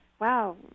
wow